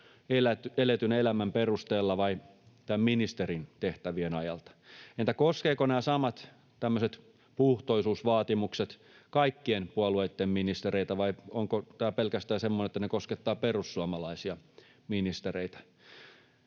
eletyn elämän perusteella vai näiden ministerin tehtävien ajalta. Entä koskevatko nämä samat puhtoisuusvaatimukset kaikkien puolueitten ministereitä, vai onko tämä semmoista, että ne koskettavat pelkästään perussuomalaisia ministereitä?